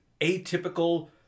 atypical